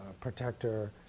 protector